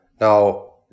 Now